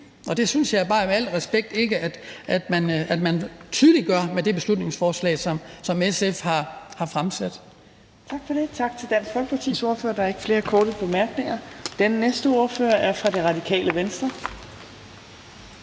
og det synes jeg bare med al respekt ikke at man tydeliggør med det beslutningsforslag, som SF har fremsat.